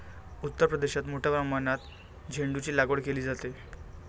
उत्तर प्रदेशात मोठ्या प्रमाणात झेंडूचीलागवड केली जाते